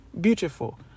Beautiful